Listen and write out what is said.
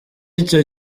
icyo